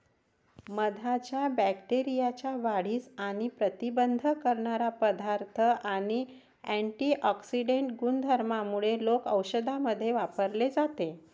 मधाच्या बॅक्टेरियाच्या वाढीस प्रतिबंध करणारा पदार्थ आणि अँटिऑक्सिडेंट गुणधर्मांमुळे लोक औषधांमध्ये वापरले जाते